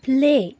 play